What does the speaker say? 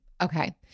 okay